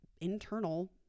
internal